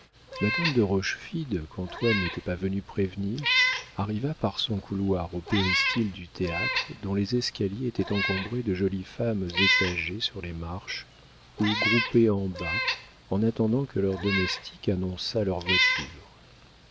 madame de rochefide qu'antoine n'était pas venu prévenir arriva par son couloir au péristyle du théâtre dont les escaliers étaient encombrés de jolies femmes étagées sur les marches ou groupées en bas en attendant que leur domestique annonçât leur voiture